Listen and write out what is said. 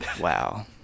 Wow